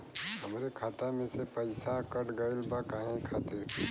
हमरे खाता में से पैसाकट गइल बा काहे खातिर?